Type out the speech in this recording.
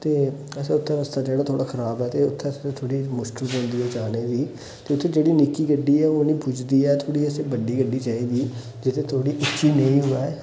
ते असें उत्थै रास्ता जेह्ड़ा ते ओह् थोह्ड़ा खराब ऐ ते उत्थै फेर थोह्ड़ी मुश्कल पौंदी ऐ जाने दी ते उत्थै जेह्ड़ी निक्की गड्डी ऐ ओह् नी पुजदी ऐ थोह्ड़ी असें बड्डी गड्डी चाहिदी जित्थें थोह्ड़ी उच्ची नेही होऐ